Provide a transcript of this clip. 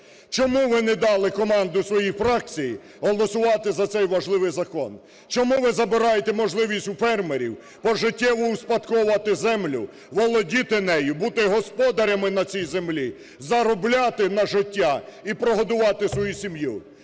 Чому ви не дали команду своїй фракції голосувати за цей важливий закон? Чому ви забираєте можливість у фермерів пожиттєво успадковувати землю, володіти нею, бути господарями на цій землі, заробляти на життя і прогодувати свою сім'ю?